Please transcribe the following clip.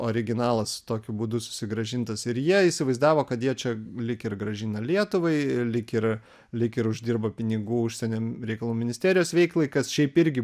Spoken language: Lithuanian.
originalas tokiu būdu susigrąžintas ir jie įsivaizdavo kad jie čia lyg ir grąžina lietuvai lyg ir lyg ir uždirba pinigų užsieniam reikalų ministerijos veiklai kas šiaip irgi